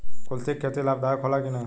कुलथी के खेती लाभदायक होला कि न?